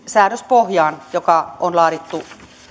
säädöspohjaan joka on laadittu